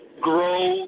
grow